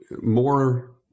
more